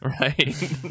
right